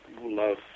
love